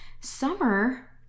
summer